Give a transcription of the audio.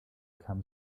kam